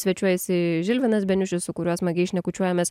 svečiuojasi žilvinas beniušis su kuriuo smagiai šnekučiuojamės